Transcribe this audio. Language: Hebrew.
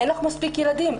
אין לך מספיק ילדים,